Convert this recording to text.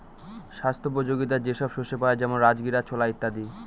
স্বাস্থ্যোপযোগীতা যে সব শস্যে পাই যেমন রাজগীরা, ছোলা ইত্যাদি